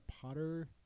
Potter